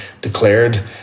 declared